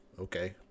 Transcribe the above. Okay